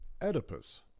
Oedipus